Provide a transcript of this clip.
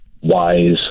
wise